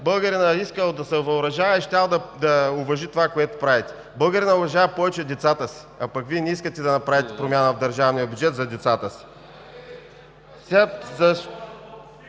българинът искал да се въоръжава и щял да уважи това, което правите. Българинът уважава повече децата си, а пък Вие не искате да направите промяна в държавния бюджет за децата си.